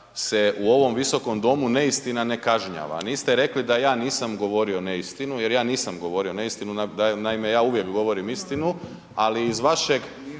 u ovom Visokom domu neistina ne kažnjava, niste rekli da ja nisam govorio neistinu jer ja nisam govorio neistinu, naime ja uvijek govorim istinu ali iz vašeg